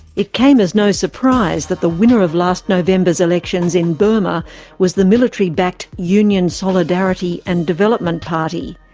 it came as no surprise that the winner of last november's elections in burma was the military-backed union solidarity and development party.